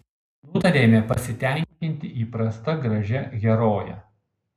nutarėme pasitenkinti įprasta gražia heroje